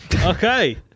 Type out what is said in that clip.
okay